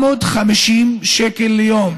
750 שקל ליום.